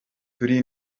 turi